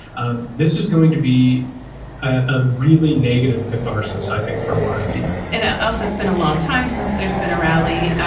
and this is going to be a really negative catharsis, i think, for a lot of people and i also spent a long time since there's been a rally,